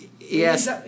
yes